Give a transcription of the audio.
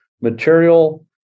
material